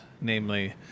namely